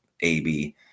AB